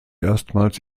erstmals